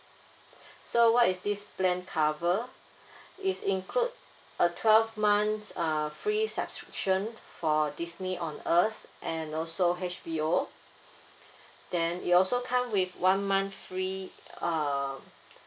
so what is this plan cover it's included a twelve months uh free subscription for Disney on us and also H_B_O then it also come with one month free uh